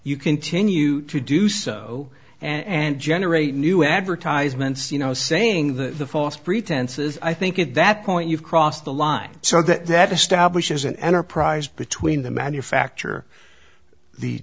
you continue to do so and generate new advertisements you know saying the false pretenses i think at that point you've crossed the line so that that establishes an enterprise between the manufacture